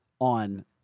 on